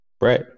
Right